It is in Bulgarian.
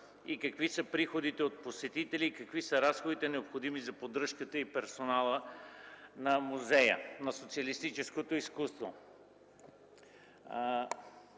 Какви са приходите от посетителите? Какви са разходите необходими за поддръжката на персонала на Музея на социалистическото изкуство?